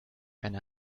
einer